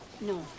No